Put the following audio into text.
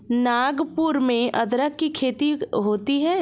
नागपुर में अदरक की खेती होती है